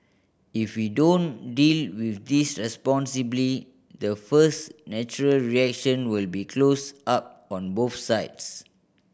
if we don't deal with this responsibly the first natural reaction will be close up on both sides